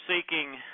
seeking